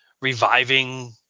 reviving